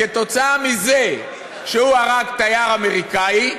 כתוצאה מזה שהוא הרג תייר אמריקני,